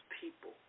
people